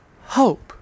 hope